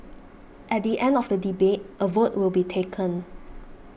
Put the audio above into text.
at the end of the debate a vote will be taken